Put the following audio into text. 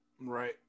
Right